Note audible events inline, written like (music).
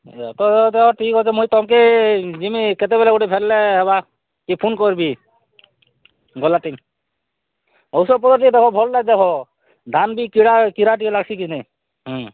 (unintelligible) ଠିକ୍ ଅଛେ ମୁଇଁ ତମକେ ଯିମି କେତେବେଳେ ଗୋଟେ ବାହାରିଲେ ହେବା ଫୋନ୍ କରିିବି ଗଲାଥି ଔଷଧପତର୍ ଟିକେ ଭଲ୍ଟା ଦେବ ଧାନ୍ କିଡ଼ା କିଡ଼ା ଟିକେ ଲାଗ୍ସି କିନେ ହୁଁ